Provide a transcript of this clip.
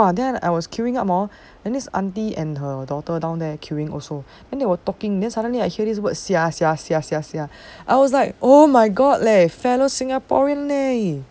!wah! then I was queueing up hor then this aunty and her daughter down there queueing also then they were talking then suddenly I heard this word sia sia sia sia sia I was like oh my god leh fellow singaporean leh